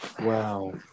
Wow